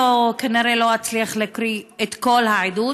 אני כנראה לא אצליח להקריא את כל העדות,